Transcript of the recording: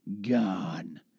Gone